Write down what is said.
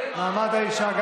מעמד האישה, מעמד האישה.